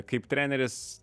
kaip treneris